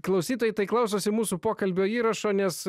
klausytojai tai klausosi mūsų pokalbio įrašo nes